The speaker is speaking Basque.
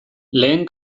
lehen